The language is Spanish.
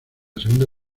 segunda